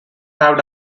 have